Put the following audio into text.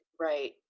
Right